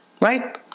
right